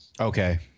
Okay